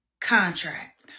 contract